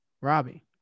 Robbie